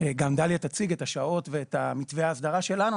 גם דליה תציג את השעות ואת מתווה ההסדרה שלנו.